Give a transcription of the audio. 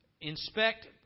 inspect